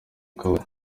kabari